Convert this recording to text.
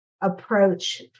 approach